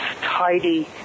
tidy